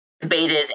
debated